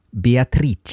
Beatrice